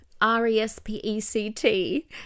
R-E-S-P-E-C-T